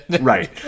Right